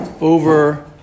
over